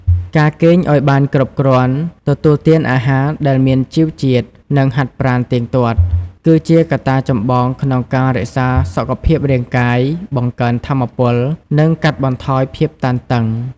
ការគេងឲ្យបានគ្រប់គ្រាន់ ទទួលទានអាហារដែលមានជីវជាតិ និងហាត់ប្រាណទៀងទាត់ គឺជាកត្តាចម្បងក្នុងការរក្សាសុខភាពរាងកាយ បង្កើនថាមពល និងកាត់បន្ថយភាពតានតឹង។